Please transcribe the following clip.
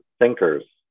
thinkers